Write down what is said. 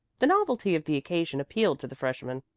the novelty of the occasion appealed to the freshmen,